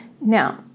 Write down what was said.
Now